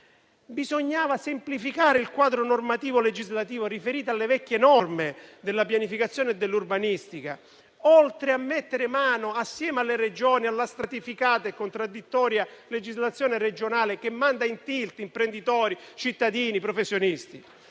Bisognava semplificare il quadro normativo-legislativo riferito alle vecchie norme della pianificazione e dell'urbanistica, oltre a mettere mano, assieme alle Regioni, alla stratificata e contraddittoria legislazione regionale, che manda in tilt imprenditori, cittadini e professionisti.